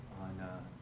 on